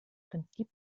prinzip